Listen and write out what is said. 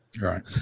Right